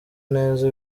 neza